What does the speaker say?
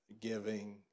giving